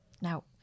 now